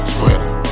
Twitter